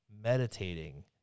meditating